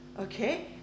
Okay